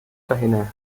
dahinter